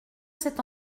cet